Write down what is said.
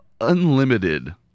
unlimited